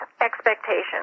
expectations